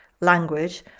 language